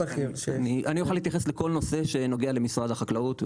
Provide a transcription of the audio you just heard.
אני אוכל להתייחס לכל נושא שנוגע למשרד החקלאות,